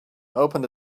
opened